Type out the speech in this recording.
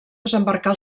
desembarcar